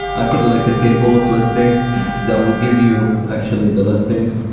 i put a like ah table of listing that will give you actually the listings.